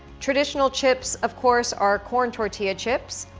traditional chips, of course, are corn tortilla chips,